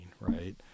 right